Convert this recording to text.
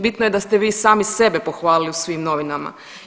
Bitno da ste vi sami sebe pohvalili u svim novinama.